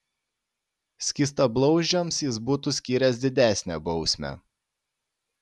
skystablauzdžiams jis būtų skyręs didesnę bausmę